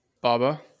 Baba